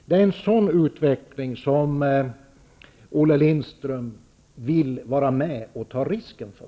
Det är en sådan utveckling som Olle Lindström vill vara med och ta risken för.